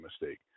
mistake